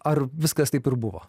ar viskas taip ir buvo